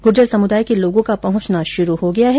गुर्जर समुदाय के लोगो का पहुंचना शुरू हो गया है